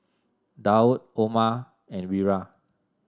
Daud Omar and Wira